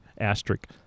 asterisk